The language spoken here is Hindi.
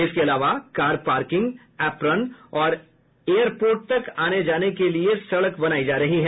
इसके अलावा कार पार्किंग एप्रोन और एयर पोर्ट तक आने जाने के लिए सड़क बनायी जा रही है